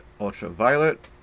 ultraviolet